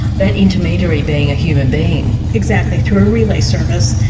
that intermediary being a human being. exactly, through a relay service.